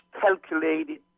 calculated